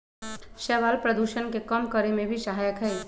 शैवाल प्रदूषण के कम करे में भी सहायक हई